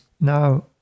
Now